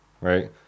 right